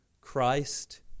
Christ